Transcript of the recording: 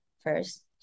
first